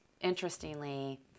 interestingly